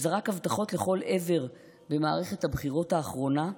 שזרק הבטחות לכל עבר במערכת הבחירות האחרונה,